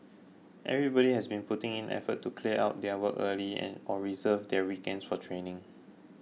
everybody has been putting in effort to clear out their work early and or reserve their weekends for training